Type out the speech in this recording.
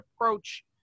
approach